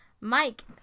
Mike